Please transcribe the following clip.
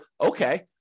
okay